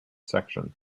section